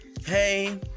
hey